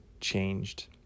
changed